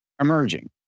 emerging